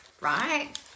right